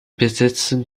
besitzen